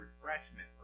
refreshment